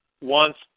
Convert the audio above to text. wants